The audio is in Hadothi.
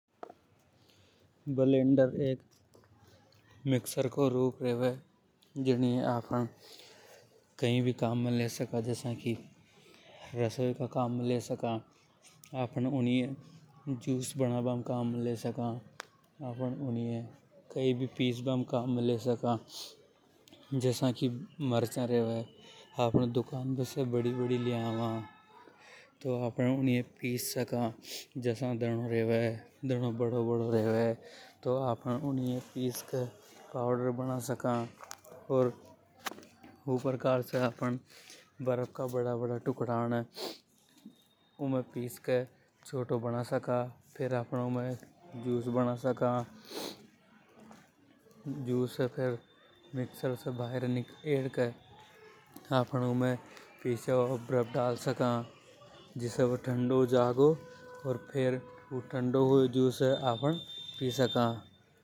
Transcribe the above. ब्लेंडर, एक मिक्सर को रूप रेवे जीनिये आफ़न कई भी काम ले सका। जसा की रसोई का काम ले सका, आफ़न यूनिये कई भी पिस बा में काम ले सका। जसा की मर्चा रेवे उने आफ़न दुकान पे से बडी बड़ी ले आबा। जसा धनों रेवे ऊनिय पिस के आफ़न पावडर बना सका। ओर ऊ प्रकार से बर्फ का बड़ा बड़ा टुकड़ा ने पिस के छोटा बना सका। फेर आफ़न उमें जूस ब मना सका, जूस ये बायर हेड के पिस्यो बर्फ डाल सका। जिसे ऊ ठंडो हो जागो जीनिये आफ़न पी सका।